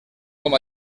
com